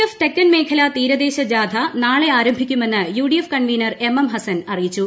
F തെക്കൻ മേഖല തീരദേശ ജാഥ നാളെ ആരംഭിക്കുമെന്ന് യുഡിഎഫ് കൺവീനർ എംഎം ഹസ്സൻ അറിയിച്ചു